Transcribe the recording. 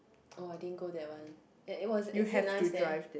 oh I didn't go that one is it nice there